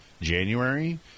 January